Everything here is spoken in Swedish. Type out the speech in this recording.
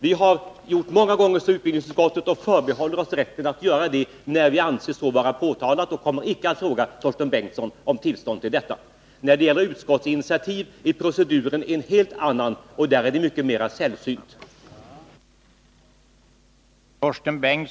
Så har vi gjort många gånger i utbildningsutskottet, och vi förbehåller oss rätten att göra det när vi anser det vara påkallat. Vi kommer icke att be Torsten Bengtson om tillstånd till det. När det gäller utskottsinitiativ är proceduren en helt annan, och det är mycket mera sällsynt.